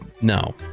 No